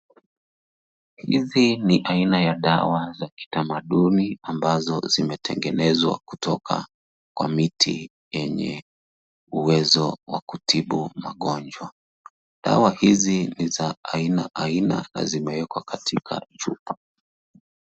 Hizi ni aina ya dawa za kitamaduni ambazo zimetengenezwa kutoka kwa miti yenye uwezo wa kutibu magonjwa. Dawa hizi ni za aina aina na zimewekwa katika chupa.